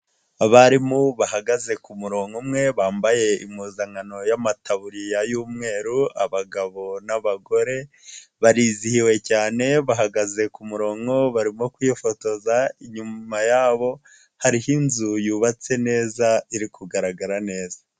Abarimu bahagaze ku murongo umwe bambaye impuzankano y'amatabuririya y'umweru abagabo n'abagore barizihiwe cyane bahagaze ku murongo, barimo kwifotoza inyuma yabo hariho inzu yubatse neza iri kugaragara neza.